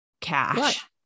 cash